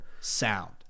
sound